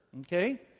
Okay